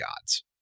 gods